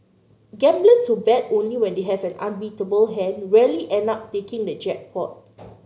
gamblers who bet only when they have an unbeatable hand rarely end up taking the jackpot